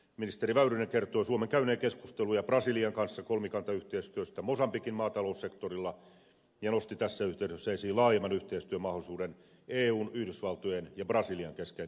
ministeri väyrynen kertoi suomen käyneen keskusteluja brasilian kanssa kolmikantayhteistyöstä mosambikin maataloussektorilla ja nosti tässä yh teydessä esiin laajemman yhteistyömahdollisuuden eun yhdysvaltojen ja brasilian kesken afrikassa